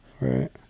right